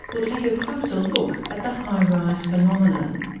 we'll take a closer look at the high-rise phenomenon.